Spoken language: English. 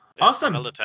Awesome